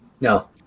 No